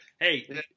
Hey